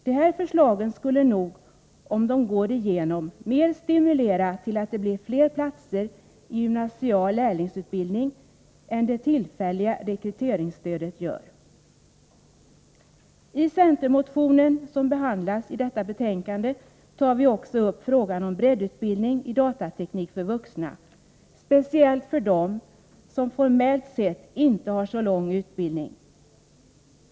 De här förslagen skulle nog — om de går igenom — mer stimulera till att det blir fler platser i gymnasial lärlingsutbildning än det tillfälliga rekryteringsstödet gör. I den centermotion som behandlas i detta betänkande tar vi också upp frågan om breddutbildning i datateknik för vuxna — speciellt för dem som formellt sett inte har så lång utbildning.